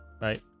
right